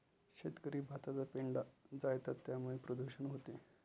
शेतकरी भाताचा पेंढा जाळतात त्यामुळे प्रदूषण होते